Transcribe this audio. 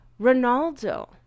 Ronaldo